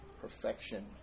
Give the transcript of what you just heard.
perfection